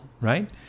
right